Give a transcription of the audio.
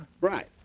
Right